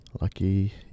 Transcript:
lucky